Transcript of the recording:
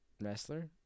Wrestler